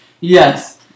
Yes